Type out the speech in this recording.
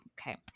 Okay